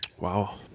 wow